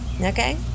okay